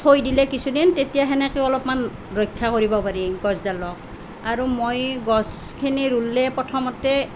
থৈ দিলে কিছুদিন তেতিয়া সেনেকে অলপমান ৰক্ষা কৰিব পাৰি গছডালক আৰু মই গছখিনি ৰুলে প্ৰথমতে